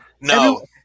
No